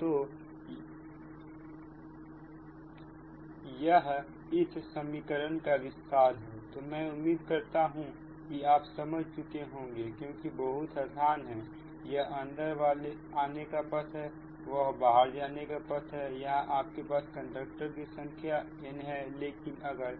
तो यह इस समीकरण का विस्तार है तो मैं उम्मीद करता हूं कि आप समझ चुके होंगे क्योंकि बहुत आसान है यह अंदर आने का पथ है वह बाहर जाने का पथ है यहां आपके पास कंडक्टर की संख्या n हैं लेकिन अगर